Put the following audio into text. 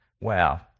wow